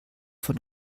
von